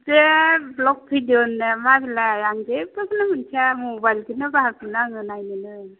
बे block video ना मा बेलाय आं जेबोखौनो मिथिया मबाइलखौनो बाहागो मोना आङो नायनोनो